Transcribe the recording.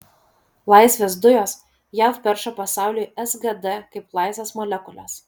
laisvės dujos jav perša pasauliui sgd kaip laisvės molekules